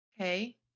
Okay